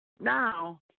Now